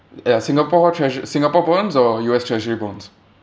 ya singapore treasure singapore bonds or U_S treasury bonds